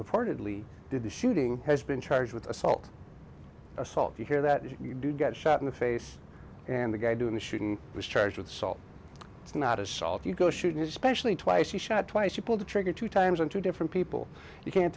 purportedly did the shooting has been charged with assault assault you hear that you do get shot in the face and the guy doing the shooting was charged with assault it's not assault you go shoot his especially twice he shot twice you pulled the trigger two times on two different people you can't